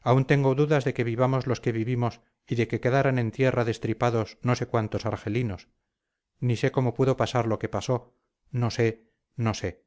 aún tengo dudas de que vivamos los que vivimos y de que quedaran en tierra destripados no sé cuántos argelinos ni sé cómo pudo pasar lo que pasó no sé no sé